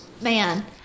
man